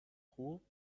خوب